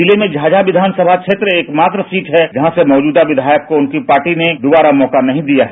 जिले में झाझा विधान सभा निर्वाचन क्षेत्र एकमात्र सीट है जहां से मौजूदा विधायक को उनकी पार्टी ने दोबारा मौका नहीं दिया है